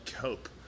cope